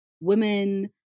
women